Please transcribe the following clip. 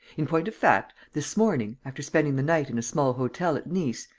in point of fact, this morning, after spending the night in a small hotel at nice,